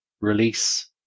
release